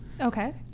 Okay